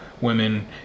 women